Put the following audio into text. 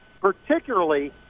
particularly